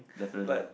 definitely ah